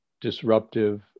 disruptive